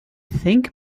think